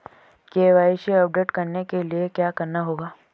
KYC update करने के लिए क्या करना होगा?